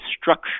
structure